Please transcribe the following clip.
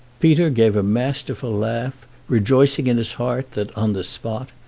peter gave a masterful laugh, rejoicing in his heart that, on the spot,